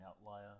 outlier